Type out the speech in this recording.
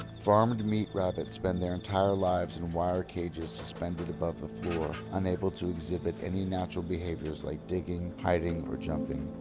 farmed meat rabbits spend their entire lives in wire cages suspended above the floor, unable to exhibit any natural behaviours like digging, hiding or jumping.